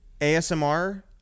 asmr